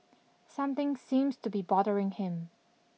something seems to be bothering him